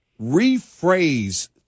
rephrase